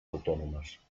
autònomes